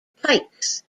pikes